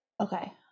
Okay